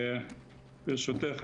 ברשותך,